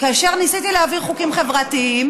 כאשר ניסיתי להעביר חוקים חברתיים